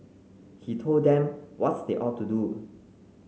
he told them what's they ought to do